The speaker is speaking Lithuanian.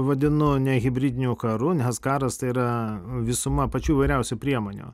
vadinu ne hibridiniu karu nes karas tai yra visuma pačių įvairiausių priemonių